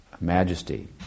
majesty